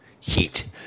heat